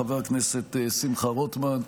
חבר הכנסת שמחה רוטמן,